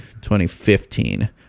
2015